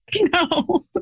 No